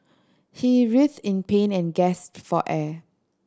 he writhed in pain and gasped for air